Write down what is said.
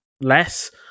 less